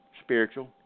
Spiritual